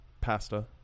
pasta